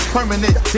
Permanent